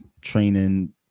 training